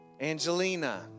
Angelina